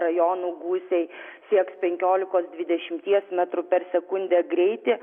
daugelyje rajonų gūsiai sieks penkiolikos dvidešimties metrų per sekundę greitį